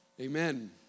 Amen